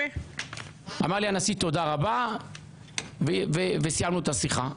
אמר לי הנשיא תודה רבה וסיימנו את השיחה.